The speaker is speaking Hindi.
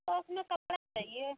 तो उसमें कपड़ा चाहिए